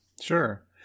sure